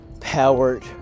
powered